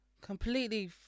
completely